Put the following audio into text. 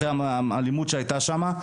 אחרי האלימות שהיתה שם.